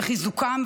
וחיזוקם,